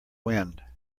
wind